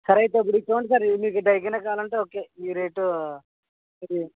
సరే అయితే ఇప్పుడు ఇది చూడండి సార్ మీకు డైకినే కావాలంటే ఓకే ఈ రేటు అది